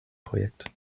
projekt